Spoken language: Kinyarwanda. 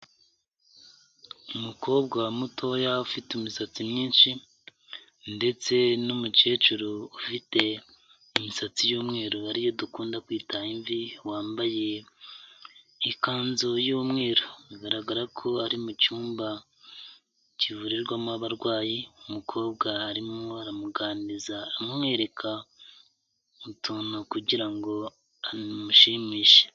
Umukobwa mutoya ufite imisatsi, myinshi ndetse n'umukecuru ufite imisatsi y'umweru, ari yo dukunda kwita imvi, wambaye ikanzu y'umweru. Bigaragara ko ari mu cyumba kivurirwamo abarwayi, umukobwa arimo aramuganiriza, amwereka utuntu kugira ngo amushimishe.